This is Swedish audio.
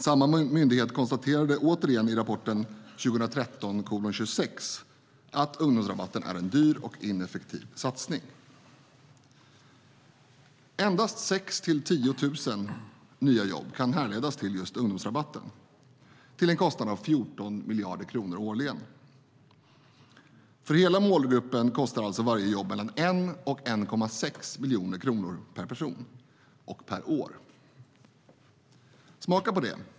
Samma myndighet konstaterade återigen i rapporten 2013:26 att ungdomsrabatten är en dyr och ineffektiv satsning. Endast 6 000-10 000 nya jobb kan härledas till just ungdomsrabatten, till en kostnad av 14 miljarder kronor årligen. För hela målgruppen kostar alltså varje jobb mellan 1 och 1,6 miljoner kronor per person och år. Smaka på det!